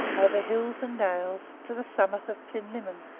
over hills and dales, to the summit of plinlimmon,